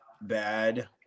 bad